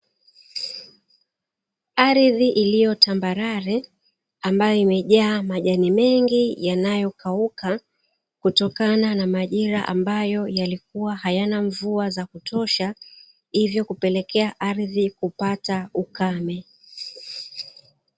Ardhi iliyotambarare ambayo imejaa majani mengi yanayokauka, kutokana na majira ambayo yalikuwa hayana mvua za kutosha hivyo, kupelekea ardhi kupata ukame.